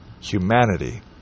Humanity